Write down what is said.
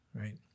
right